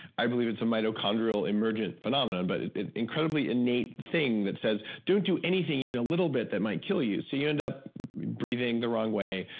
i believe it's a mitochondrial emergent phenomenon, but an incredibly innate thing that says, don't do anything, even a little bit, that might kill you. so you end up breathing the wrong way.